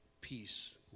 peace